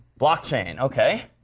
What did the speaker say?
block chain. ok.